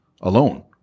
alone